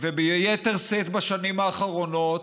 וביתר שאת בשנים האחרונות,